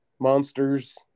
monsters